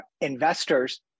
Investors